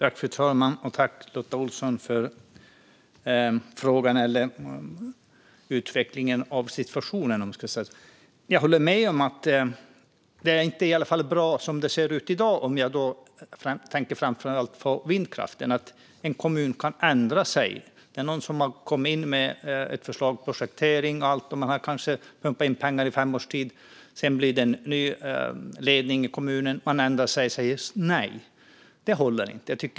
Fru talman! Tack, Lotta Olsson, för utvecklingen av situationen! Jag håller med om att det inte är bra som det ser ut i dag. Jag tänker framför allt på vindkraften. En kommun kan ändra sig. Det är någon som har kommit med ett förslag till projektering. De kanske har pumpat in pengar i fem års tid. Sedan blir det en ny ledning i kommunen, och den ändrar sig och säger nej. Det håller inte.